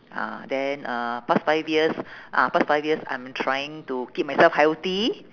ah then uh past five years ah past five years I'm trying to keep myself healthy